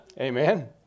Amen